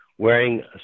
wearing